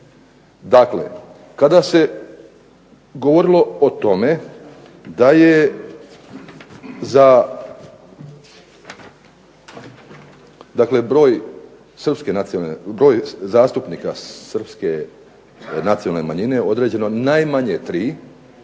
Dakle kada se govorilo o tome da je za, dakle broj zastupnika srpske nacionalne manjine određeno najmanje tri,